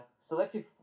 selective